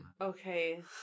Okay